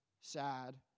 sad